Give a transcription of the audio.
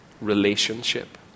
relationship